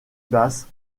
basses